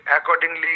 accordingly